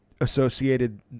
associated